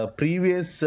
previous